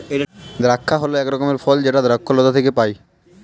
দ্রাক্ষা হল এক রকমের ফল যেটা দ্রক্ষলতা থেকে পায়